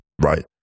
right